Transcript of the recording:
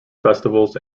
festivals